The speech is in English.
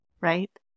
right